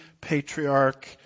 patriarch